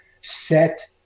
set